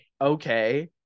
okay